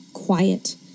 quiet